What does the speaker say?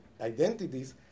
identities